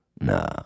No